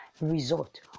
result